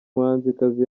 muhanzikazi